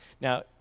Now